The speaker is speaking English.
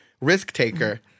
risk-taker